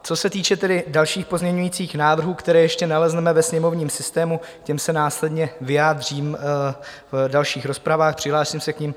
Co se týče dalších pozměňujících návrhů, které ještě nalezneme ve sněmovním systému, k těm se následně vyjádřím v dalších rozpravách, přihlásím se k nim.